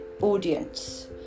audience